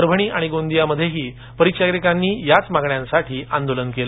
परभणी आणि गोंदियामध्येही परिचारीकांनी याच मागण्यांसाठी आंदोलन केलं